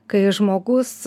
kai žmogus